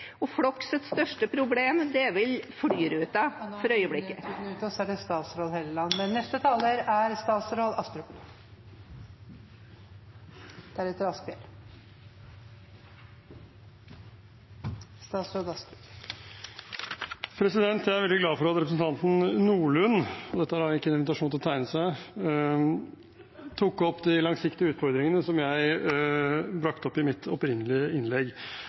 største problem er vel flyrutene for øyeblikket. Tiden er ute. Og det er statsråd Hofstad Helleland. Neste taler er statsråd Astrup. Jeg er veldig glad for at representanten Nordlund – og dette er ikke en invitasjon til å tegne seg – tok opp de langsiktige utfordringene som jeg brakte opp i mitt opprinnelige innlegg.